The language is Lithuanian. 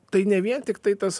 tai ne vien tiktai tas